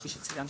כפי שציינת.